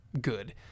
good